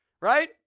Right